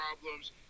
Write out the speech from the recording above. problems